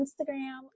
Instagram